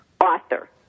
author